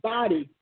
Body